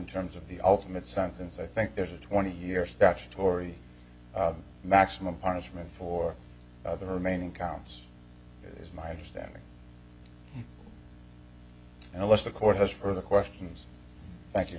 terms of the ultimate sentence i think there is a twenty year statutory maximum punishment for the remaining counts as my standing unless the court has further questions thank you